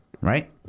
Right